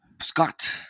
Scott